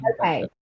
okay